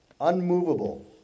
unmovable